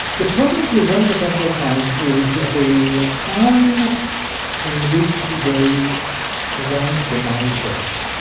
the problem with venture capital funds is the time in which they want the money back.